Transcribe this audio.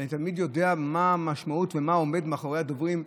אני תמיד יודע מה המשמעות ומה עומד מאחורי הדוברים?